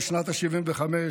בשנת ה-75,